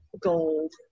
gold